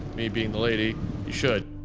me being the lady you should.